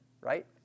right